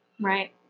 Right